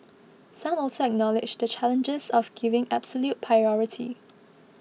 some also acknowledged the challenges of giving absolute priority